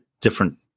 different